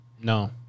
no